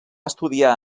estudiar